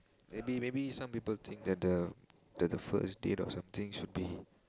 maybe maybe some people think that the the the first date or something should be